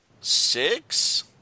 six